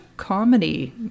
comedy